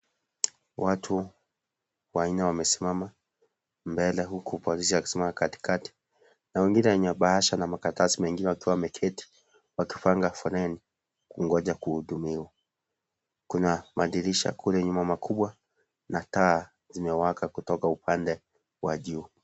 Watu wanne wamesimama mbele huku polisi akisimama katikati na wengine wenye bahasha na makaratasi mengine wakiwa wameketi wakipanga foreni wakingoja kuhudumiwa, kuna madirisha kule nyuma makubwa na taa imewaka kutoka upande wa juu.